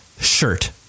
shirt